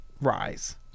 rise